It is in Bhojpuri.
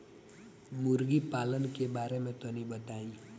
मुर्गी पालन के बारे में तनी बताई?